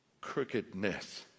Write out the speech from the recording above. crookedness